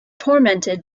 tormented